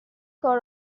کار